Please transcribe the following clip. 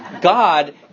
God